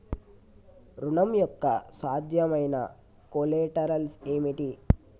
ఋణం యొక్క సాధ్యమైన కొలేటరల్స్ ఏమిటి?